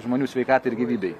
žmonių sveikatai ir gyvybei